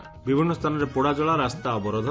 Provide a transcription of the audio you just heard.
ବିଭିନ୍ନ ସ୍ଥାନରେ ପୋଡ଼ାଜଳା ରାସ୍ତା ଅବରୋଧ